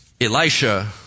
elisha